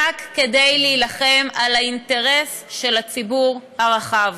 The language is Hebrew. רק כדי להילחם על האינטרס של הציבור הרחב.